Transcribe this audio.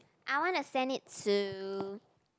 I want to send it to